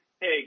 hey